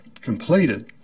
completed